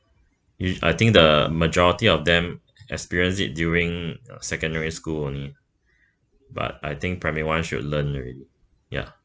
if I think the majority of them experience it during uh secondary school only but I think primary one should learn already ya